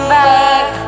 back